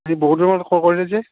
বহুত দিনৰ মূৰত খবৰ কৰিলে যে